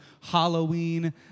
Halloween